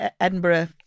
Edinburgh